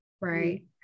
Right